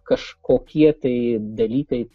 kažkokie tai dalykai